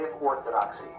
orthodoxy